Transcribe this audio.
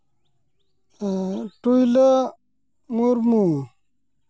ᱴᱩᱭᱞᱟᱹ Murmu